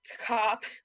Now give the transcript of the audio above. cop